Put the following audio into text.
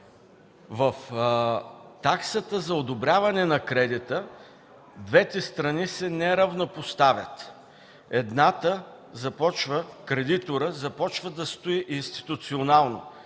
В таксата за одобряване на кредита двете страни са неравнопоставени. Едната – кредиторът, започва да стои институционално,